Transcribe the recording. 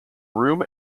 room